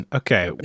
okay